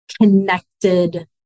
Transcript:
connected